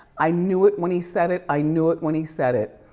i knew it when he said it. i knew it when he said it.